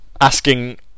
Asking